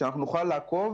כדי שאנחנו נוכל לעקוב,